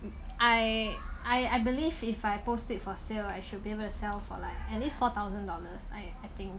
I I I believe if I post it for sale I should be able to sell for like at least four thousand dollars I I think